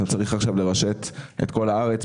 אתה צריך עכשיו לרשת את כל הארץ.